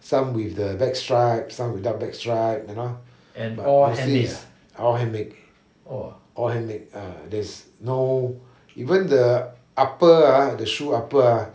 some with the back strap some without back strap you know but mostly is all handmade all handmade ah there's no even the upper ah the shoe upper